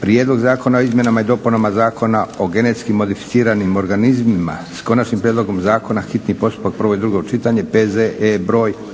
Prijedlog zakona o izmjenama i dopunama Zakona o genetski modificiranim organizmima, s Konačnim prijedlogom zakona, hitni postupak, prvo i drugo čitanje, P.Z.E. br. 277